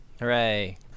Hooray